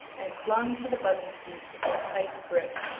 and clung to the buggy seat with a tight grip,